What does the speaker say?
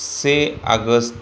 से आगष्ट